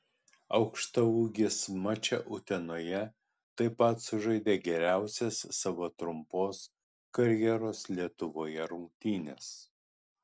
aukštaūgis mače utenoje taip pat sužaidė geriausias savo trumpos karjeros lietuvoje rungtynes